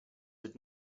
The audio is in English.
did